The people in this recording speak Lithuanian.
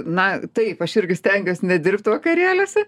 na taip aš irgi stengiuos nedirbt vakarėliuose